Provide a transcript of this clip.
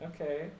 Okay